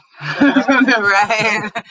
right